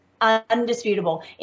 undisputable